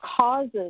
causes